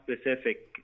specific